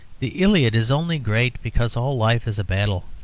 the iliad is only great because all life is a battle,